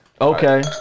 Okay